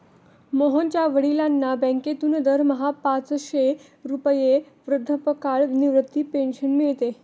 मोहनच्या वडिलांना बँकेतून दरमहा पाचशे रुपये वृद्धापकाळ निवृत्ती पेन्शन मिळते